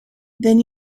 then